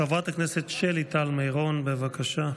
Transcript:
חברת הכנסת שלי טל מירון, בבקשה.